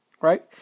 right